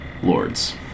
lords